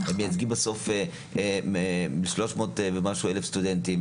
הם מייצגים 300,000 ומשהו סטודנטים,